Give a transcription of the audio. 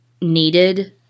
needed